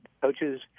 Coaches